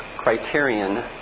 criterion